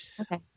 Okay